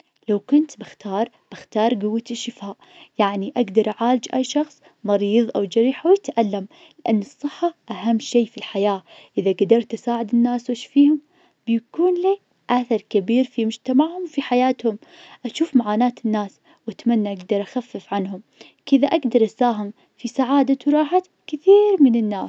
لو كنت بختار, اختار قوة الشفاء, يعني أقدر أعالج أي شخص مريض أو جريح ويتألم, لأن الصحة أهم شيء في الحياة, إذا قدرت أساعد الناس واشفيهم, بيكون لي أثر كبير في مجتمعهم في حياتهم, أشوف معاناة الناس واتمنى أقدر اخفف عنهم, كذا أقدر اساهم في سعادة وراحت كثير من الناس.